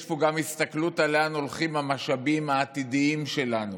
יש פה גם הסתכלות על לאן הולכים המשאבים העתידיים שלנו.